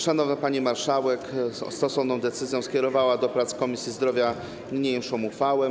Szanowna pani marszałek stosowną decyzją skierowała do prac w Komisji Zdrowia niniejszą uchwałę.